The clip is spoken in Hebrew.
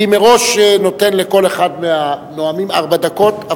מראש אני נותן לכל אחד מהנואמים ארבע דקות,